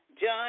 John